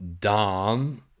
Dom